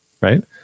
right